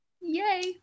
Yay